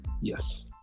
Yes